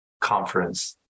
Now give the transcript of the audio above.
conference